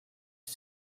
two